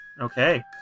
Okay